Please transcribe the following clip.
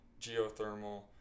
geothermal